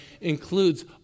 includes